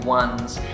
ones